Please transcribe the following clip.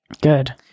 Good